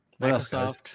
Microsoft